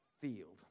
field